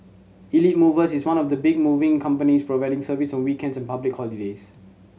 Elite Movers is one of the big moving companies providing service on weekends and public holidays